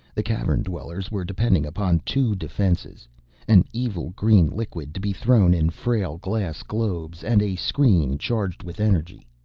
the cavern dwellers were depending upon two defenses an evil green liquid, to be thrown in frail glass globes, and a screen charged with energy.